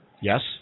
Yes